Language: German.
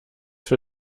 für